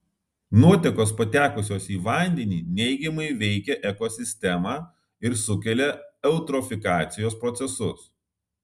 nuotekos patekusios į vandenį neigiamai veikia ekosistemą ir sukelia eutrofikacijos procesus